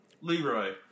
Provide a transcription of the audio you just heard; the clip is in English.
Leroy